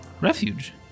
refuge